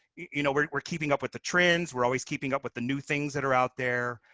you know we're we're keeping up with the trends. we're always keeping up with the new things that are out there.